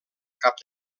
cap